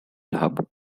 hub